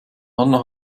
anna